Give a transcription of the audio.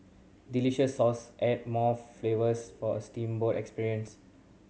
delicious sauce add more flavours for a steamboat experience